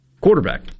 Quarterback